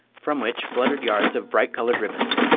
from which fluttered yards of bright-colored ribbons.